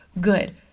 good